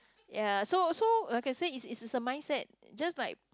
ya so so I can say its its a mindset just like